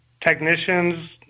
technicians